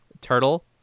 Turtle